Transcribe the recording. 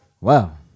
Wow